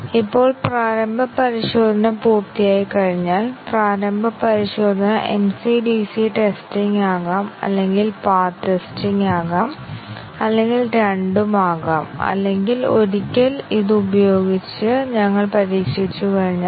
കോഡിന്റെ ഗുണനിലവാരം അത് റിലീസ് ചെയ്ത് കഴിഞ്ഞാൽ അതിന്റെ അന്തിമ വിശ്വാസ്യത എന്താണെന്നും ടെസ്റ്റിംഗ് പരിശ്രമം പ്രോഗ്രാം പരീക്ഷിക്കാൻ ആവശ്യമായ ടെസ്റ്റ് കേസുകളുടെ എണ്ണം എന്നിവയെക്കുറിച്ചും ഇത് നമ്മോട് പറയുന്നു